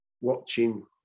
watching